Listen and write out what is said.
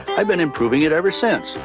i've been improving it ever since.